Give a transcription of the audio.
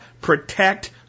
protect